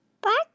Bye